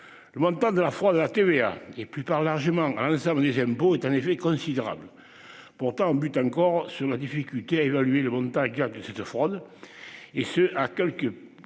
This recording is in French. Le montant de la fraude à la TVA et puis par l'argument ensemble des impôts est en effet considérable. Pourtant en bute encore sur la difficulté à évaluer le montant cas de cette fraude. Et ce à quelques. Plusieurs